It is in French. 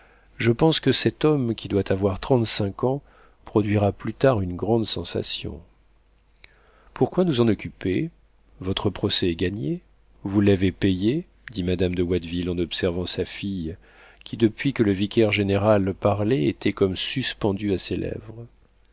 je pense que cet homme qui doit avoir trente-cinq ans produira plus tard une grande sensation pourquoi nous en occuper votre procès est gagné vous l'avez payé dit madame de watteville en observant sa fille qui depuis que le vicaire-général parlait était comme suspendue à ses lèvres